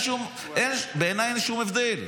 בעיניי אין שום הבדל,